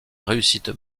réussite